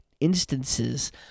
instances